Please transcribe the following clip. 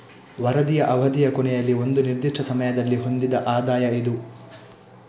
ವರದಿಯ ಅವಧಿಯ ಕೊನೆಯಲ್ಲಿ ಒಂದು ನಿರ್ದಿಷ್ಟ ಸಮಯದಲ್ಲಿ ಹೊಂದಿದ ಆದಾಯ ಇದು